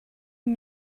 and